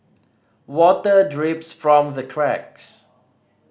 water drips from the cracks